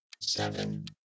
seven